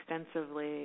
extensively